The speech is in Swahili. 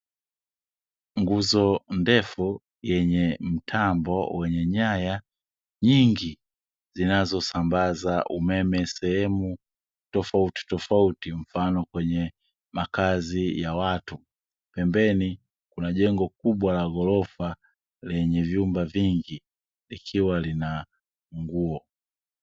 Nguzo ndefu yenye mtambo wenye nyaya nyingi zinzosambaza umeme sehemu tofautitofauti mfano kwenye makazi ya watu, pembeni kuna jengo kubwa la ghorofa lenye vyumba vingi likiwa lina nguo.